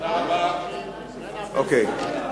אנחנו